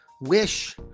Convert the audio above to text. wish